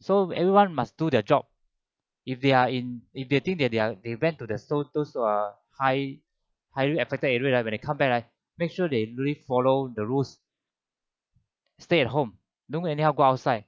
so everyone must do the job if they are in if they think that they are thery they went to their so called uh high highly affected area ah when they come back ah make sure they really follow the rules stay at home don't anyhow go outside